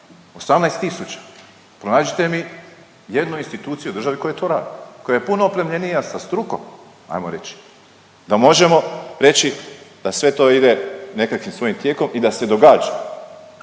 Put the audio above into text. tisuća, pronađite mi jednu instituciju u državi koja to radi, koja je puno opremljenija sa strukom, ajmo reći, da možemo reći da sve to ide nekakvim svojim tijekom i da se događa.